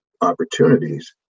opportunities